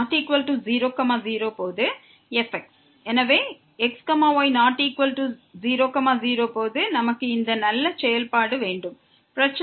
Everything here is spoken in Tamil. எனவே x y≠0 0 ஆக இருக்கும் நமக்கு இந்த நல்ல செயல்பாடு இருக்கிறது